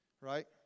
Right